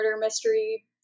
mystery